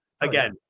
again